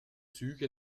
züge